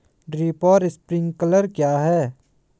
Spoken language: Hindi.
ड्रिप और स्प्रिंकलर क्या हैं?